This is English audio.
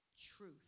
truth